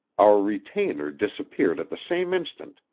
our retainer disappeared at the same instant,